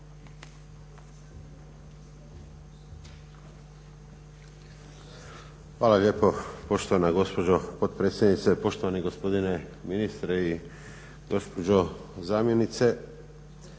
Hvala lijepo poštovana gospođo potpredsjednice, poštovani gospodine ministre i gospođo zamjenice.